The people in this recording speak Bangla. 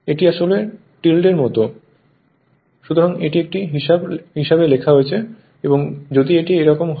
এটি আসলে টিল্ডের মতো সুতরাং এটি একটি হিসাবে লেখা হয়েছে এবং যদি এটি এইরকম হয়